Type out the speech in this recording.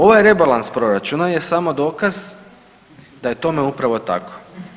Ovaj rebalans proračuna je samo dokaz da je tome upravo tako.